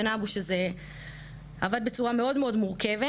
בן אבו, שזה עבד בצורה מאוד מאוד מורכבת.